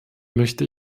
möchte